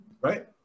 right